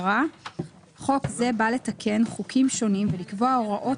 מטרה1.חוק זה בא לתקן חוקים שונים ולקבוע הוראות